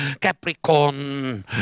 Capricorn